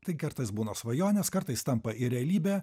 tai kartais būna svajonės kartais tampa ir realybe